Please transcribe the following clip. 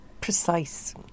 precise